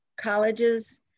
colleges